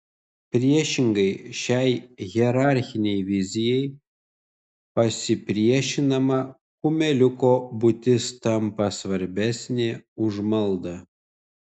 priešingai šiai hierarchinei vizijai pasipriešinama kumeliuko būtis tampa svarbesnė už maldą